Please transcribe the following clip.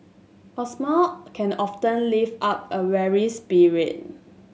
a smile can often lift up a weary spirit